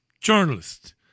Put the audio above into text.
journalist